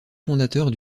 fondateurs